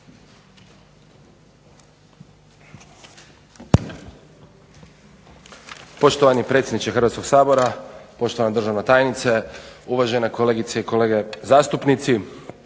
poštovani predsjedniče Hrvatskog sabora, poštovana državna tajnice, kolegice i kolege.